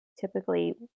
typically